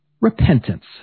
repentance